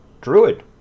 Druid